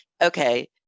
okay